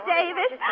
Davis